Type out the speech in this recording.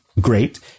Great